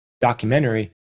documentary